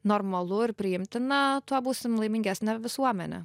normalu ir priimtina tuo būsim laimingesnė visuomenė